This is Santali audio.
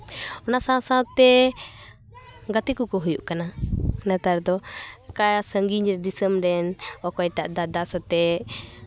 ᱚᱱᱟ ᱥᱟᱶ ᱥᱟᱶᱛᱮ ᱜᱟᱛᱮ ᱠᱚᱠᱚ ᱦᱩᱭᱩᱜ ᱠᱟᱱᱟ ᱱᱮᱛᱟᱨ ᱫᱚ ᱚᱱᱠᱟ ᱥᱟᱺᱜᱤᱧ ᱫᱤᱥᱚᱢ ᱨᱮᱱ ᱚᱠᱚᱭᱴᱟᱜ ᱫᱟᱫᱟ ᱥᱟᱛᱮ